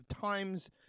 times